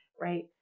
right